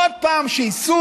עוד פעם שיסוי.